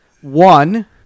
one